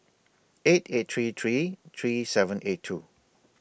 eight eight three three three seven eight two